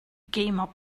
gamer